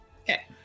Okay